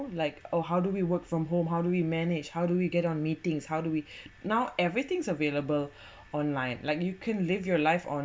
like oh how do we work from home how do we manage how do we get on meetings how do we now everything's available online like you can live your life on